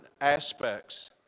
aspects